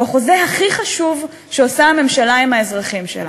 הוא החוזה הכי חשוב שהממשלה עושה עם האזרחים שלה.